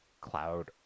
cloud